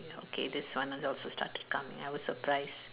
okay this one also start to come I was surprised